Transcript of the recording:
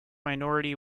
minority